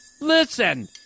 Listen